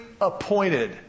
appointed